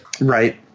Right